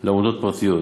לעמותות פרטיות.